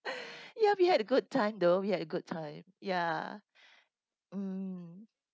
ya we had a good time though we had a good time ya mm